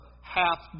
half